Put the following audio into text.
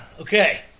Okay